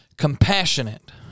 compassionate